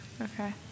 Okay